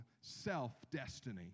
self-destiny